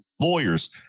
Lawyers